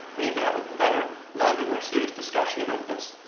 we need to have a better, longer, more serious discussion about this.